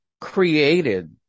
created